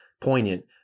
poignant